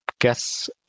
guess